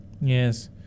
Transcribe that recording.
Yes